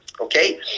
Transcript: okay